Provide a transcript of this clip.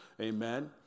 Amen